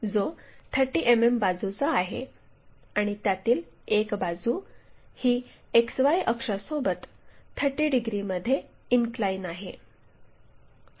जो 30 मिमी बाजूचा आहे आणि त्यातील एक बाजू ही XY अक्षासोबत 30 डिग्रीमध्ये इनक्लाइन आहे